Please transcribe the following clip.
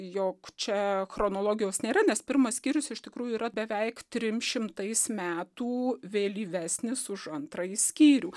jog čia chronologijos nėra nes pirmas skyrius iš tikrųjų yra beveik trim šimtais metų vėlyvesnis už antrąjį skyrių